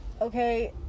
Okay